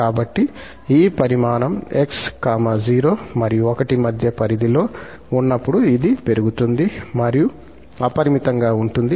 కాబట్టి ఈ పరిమాణం 𝑥 0 మరియు 1 మధ్య పరిధిలో ఉన్నప్పుడు ఇది పెరుగుతుంది మరియు అపరిమితంగా ఉంటుంది